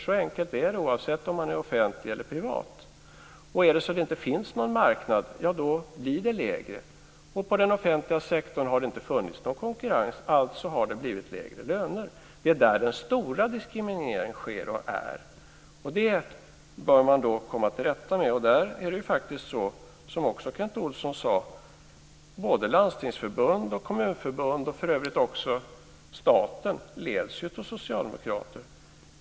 Så enkelt är det - oavsett om det är offentligt eller privat. Om det inte finns någon marknad blir det lägre. I den offentliga sektorn har det inte funnits någon konkurrens, alltså har det blivit lägre löner. Det är där den stora diskrimineringen sker. Det bör man komma till rätta med. Som Kent Olsson sade leds både landstingsförbund, kommunförbund och staten av socialdemokrater.